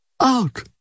Out